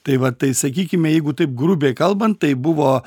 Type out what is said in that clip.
tai vat tai sakykime jeigu taip grubiai kalbant tai buvo